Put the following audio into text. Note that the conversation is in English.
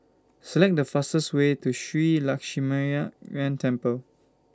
Select The fastest Way to Shree Lakshminarayanan Temple